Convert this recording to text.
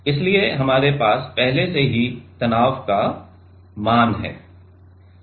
इसलिए हमारे पास पहले से ही तनाव का मूल्य हैं